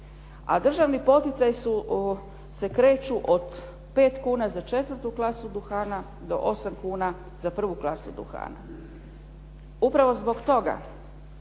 državni poticaji se kreću od 5 kuna za 4 klasu duhana do 8 kuna za prvu klasu duhana. Upravo zbog toga